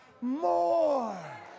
more